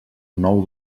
nou